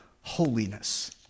holiness